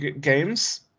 Games